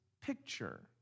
picture